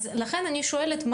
אז לכן אני שואלת,